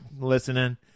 Listening